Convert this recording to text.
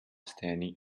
standing